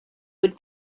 would